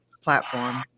platform